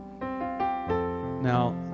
Now